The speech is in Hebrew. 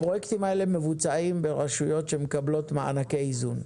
הפרויקטים האלה מבוצעים ברשויות שמקבלות מענקי איזון.